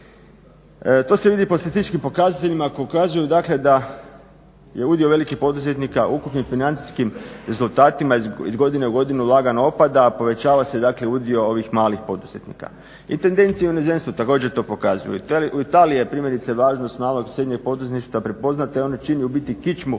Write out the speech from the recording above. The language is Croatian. To se vidi po statističkim pokazateljima koji ukazuju da je udio velikih poduzetnika u ukupnim financijskim rezultatima iz godine u godinu lagano opada, a poveća se udio ovih malih poduzetnika. I tendencije u inozemstvu također to pokazuju. U Italiji je primjerice važnost malog i srednjeg poduzetništva prepoznata i ona čini u biti kičmu